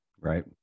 Right